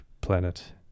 planet